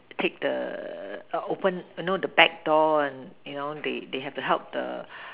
take the open you know back door and you know they they have to help the